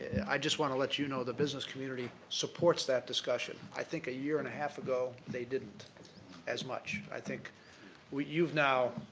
i just want to let you know the business community supports that discussion i think a year and a half ago, they didn't as much. i think you've now